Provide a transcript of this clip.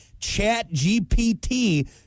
ChatGPT